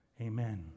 Amen